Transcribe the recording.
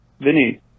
Vinny